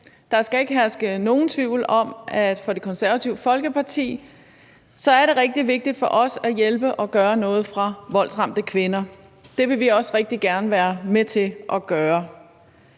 Der skal ikke herske nogen tvivl om, at for os i Det Konservative Folkeparti er det rigtig vigtigt at hjælpe og gøre noget for voldsramte kvinder. Det vil vi også rigtig gerne være med til at gøre.